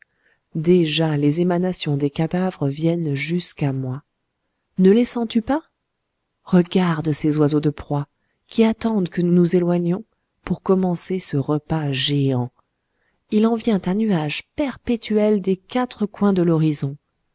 déjà les émanations des cadavres viennent jusqu'à moi ne les sens-tu pas regarde ces oiseaux de proie qui attendent que nous nous éloignions pour commencer ce repas géant il en vient un nuage perpétuel des quatre coins de l'horizon